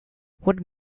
what